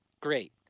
great